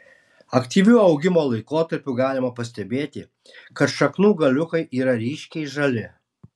aktyviu augimo laikotarpiu galima pastebėti kad šaknų galiukai yra ryškiai žali